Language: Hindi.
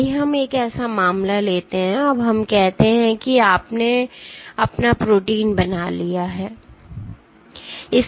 आइए हम एक ऐसा मामला लेते हैं अब हम कहते हैं कि आपने अपना प्रोटीन बना लिया है